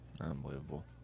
Unbelievable